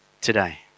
today